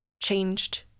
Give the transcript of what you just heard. changed